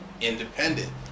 independent